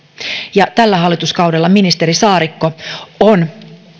ja tällä hallituskaudella ministeri saarikko on